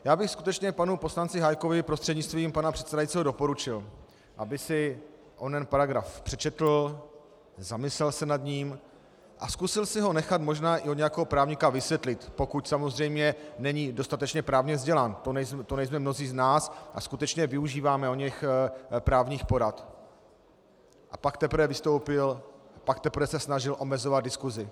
Já bych skutečně panu poslanci Hájkovi prostřednictvím pana předsedajícího doporučil, aby si onen paragraf přečetl, zamyslel se nad ním a zkusil si ho nechat možná i od nějakého právníka vysvětlit, pokud samozřejmě není dostatečně právně vzdělán, to nejsme mnozí z nás a skutečně využíváme oněch právních porad, a pak teprve se snažil omezovat diskusi.